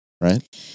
right